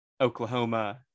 Oklahoma